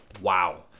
wow